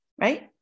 right